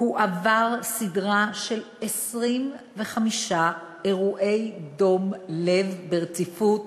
הוא עבר סדרה של 25 אירועי דום לב ברציפות,